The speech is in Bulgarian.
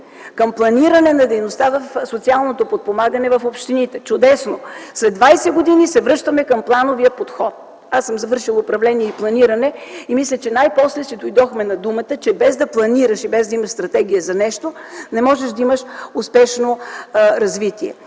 към планиране на дейността в социалното подпомагане в общините. Чудесно, след 20 години се връщаме към плановия подход! Аз съм завършила „Управление и планиране” и мисля, че най-после си дойдохме на думата, че без да планираш и без да имаш стратегия за нещо, не можеш да имаш успешно развитие.